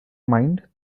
mind